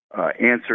answer